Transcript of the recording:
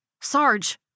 Sarge